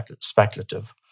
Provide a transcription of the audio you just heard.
speculative